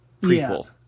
prequel